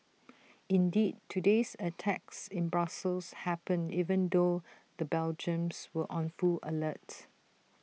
indeed today's attacks in Brussels happened even though the Belgians were on full alert